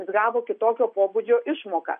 jis gavo kitokio pobūdžio išmoką